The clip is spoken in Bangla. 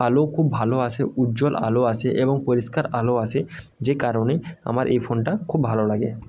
আলো খুব ভালো আসে উজ্জ্বল আলো আসে এবং পরিষ্কার আলো আসে যে কারণে আমার এই ফোনটা খুব ভালো লাগে